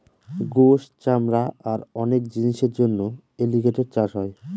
গোস, চামড়া আর অনেক জিনিসের জন্য এলিগেটের চাষ হয়